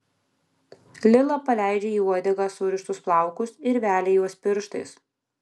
lila paleidžia į uodegą surištus plaukus ir velia juos pirštais